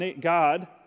God